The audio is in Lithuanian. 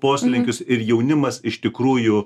poslinkius ir jaunimas iš tikrųjų